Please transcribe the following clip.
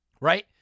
right